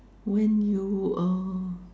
when you